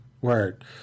word